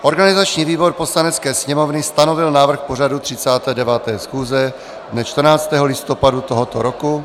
Organizační výbor Poslanecké sněmovny stanovil návrh pořadu 39. schůze dne 14. listopadu tohoto roku.